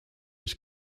his